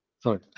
Sorry